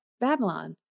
Babylon